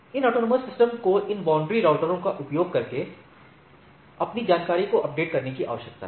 इन autonomous सिस्टमों को इन बाउंड्री राउटरों का उपयोग करके अपनी जानकारी को अपडेट करने की आवश्यकता है